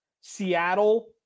Seattle